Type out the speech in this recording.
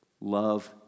love